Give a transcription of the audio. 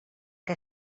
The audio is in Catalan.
que